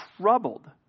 troubled